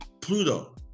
Pluto